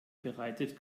bereitet